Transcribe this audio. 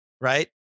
right